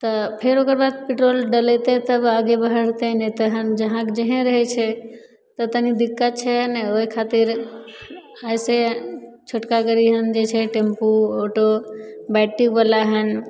तऽ फेर ओकर बाद पेट्रोल डलेतय तब आगे बढ़तय नहि तऽ हन जहाँ के जहें रहय छै तऽ तनी दिक्कत छै हन ओइ खातिर अइसँ छोटका गाड़ी हन जे छै टेम्पू ऑटो बैट्रिकवला हन